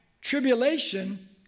tribulation